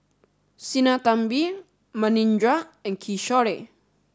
Sinnathamby Manindra and Kishore